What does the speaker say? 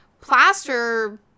plaster